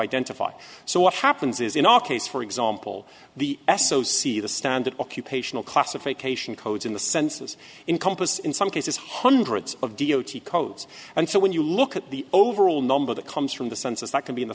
identify so what happens is in our case for example the s o c the standard occupational classification codes in the census encompass in some cases hundreds of d o t codes and so when you look at the overall number that comes from the census that can be in the